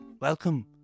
Welcome